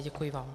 Děkuji vám.